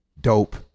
dope